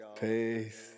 Peace